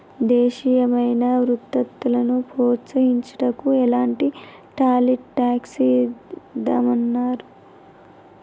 దేశీయమైన వృత్పత్తులను ప్రోత్సహించుటకు ఎలాంటి టారిఫ్ ట్యాక్స్ ఇదానాలు ఉపయోగిత్తారు